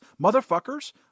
motherfuckers